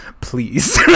Please